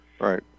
Right